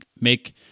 make